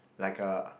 like a